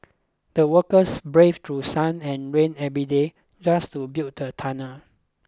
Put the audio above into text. the workers braved through sun and rain every day just to build the tunnel